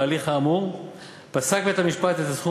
בהליך האמור פסק בית-המשפט את סכום